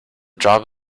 job